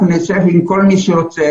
אנחנו נשב עם כל מי שרוצה,